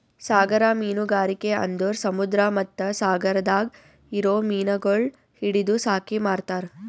ಸಾಗರ ಮೀನುಗಾರಿಕೆ ಅಂದುರ್ ಸಮುದ್ರ ಮತ್ತ ಸಾಗರದಾಗ್ ಇರೊ ಮೀನಗೊಳ್ ಹಿಡಿದು ಸಾಕಿ ಮಾರ್ತಾರ್